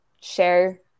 share